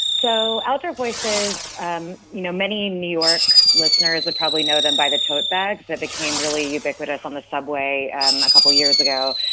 so outdoor voices um you know, many new york listeners would probably know them by the tote bags that became really ubiquitous on the subway a couple years ago.